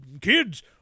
kids